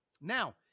now